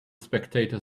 spectator